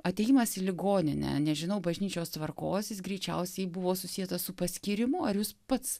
atėjimas į ligoninę nežinau bažnyčios tvarkos jis greičiausiai buvo susietas su paskyrimu ar jūs pats